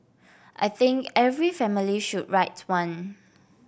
I think every family should write one